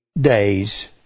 days